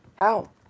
Ow